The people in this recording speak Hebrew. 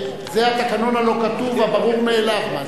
זה התקנון הלא-כתוב, הברור מאליו.